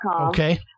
Okay